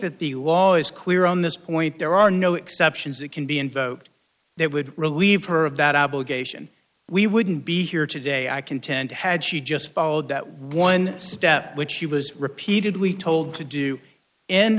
that the law is clear on this point there are no exceptions it can be invoked that would relieve her of that obligation we wouldn't be here today i contend had she just followed that one step which she was repeatedly told to do in